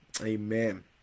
Amen